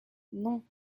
non